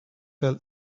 fell